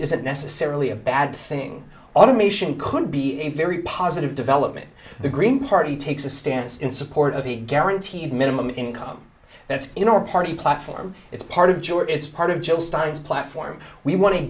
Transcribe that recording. isn't necessarily a bad thing automation could be a very positive development the green party takes a stance in support of a guaranteed minimum income that's in our party platform it's part of george it's part of joe's stein's platform we want